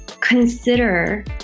consider